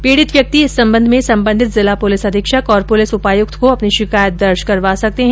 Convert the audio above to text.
पीड़ित व्यक्ति इस सम्बन्ध में संबंधित जिला पुलिस अधीक्षक और पुलिस उपायुक्त को अपनी शिकायत दर्ज करवा सकते हैं